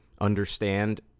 understand